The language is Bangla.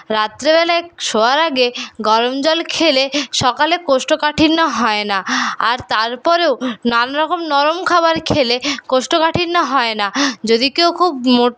রাত্রেবেলায় শোয়ার আগে গরমজল খেলে সকালে কোষ্ঠকাঠিন্য হয় না আর তারপরেও নানারকম নরম খাবার খেলে কোষ্ঠকাঠিন্য হয় না যদি কেউ খুব